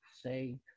say